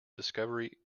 discovery